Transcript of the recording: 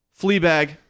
Fleabag